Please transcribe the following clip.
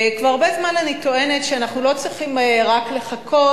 כבר הרבה זמן אני טוענת שאנחנו לא צריכים רק לחכות,